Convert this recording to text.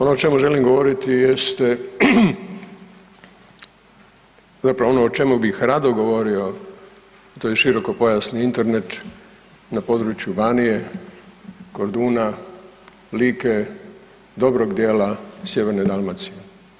Ono o čemu želim govoriti jeste zapravo ono o čemu bih rado govorio to je širokopojasni Internet na području Banije, Korduna, Like, dobrog dijela Sjeverne Dalmacije.